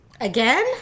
again